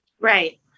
Right